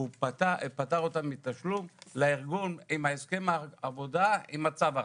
והוא פטר אותם מתשלום לארגון עם הסכם עבודה עם צו ההרחבה.